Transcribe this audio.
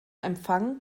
empfang